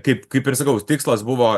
kaip kaip ir sakau tikslas buvo